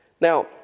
Now